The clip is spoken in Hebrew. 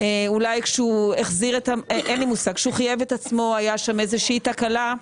אולי כשהוא חייב את עצמו הייתה שם איזושהי תקלה,